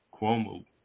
Cuomo